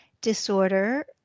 disorder